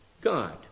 God